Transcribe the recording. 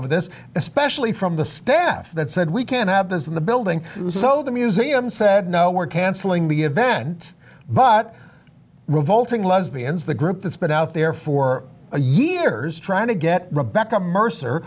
over this especially from the staff that said we can't have this in the building so the museum said no we're canceling the event but revolting lesbians the group that's been out there for a years trying to get rebecca mercer